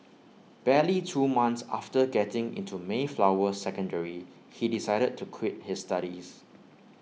barely two months after getting into Mayflower secondary he decided to quit his studies